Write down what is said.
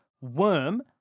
Worm